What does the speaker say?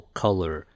color